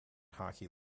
hockey